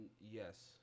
Yes